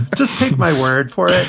just take my word for it.